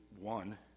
one